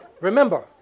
remember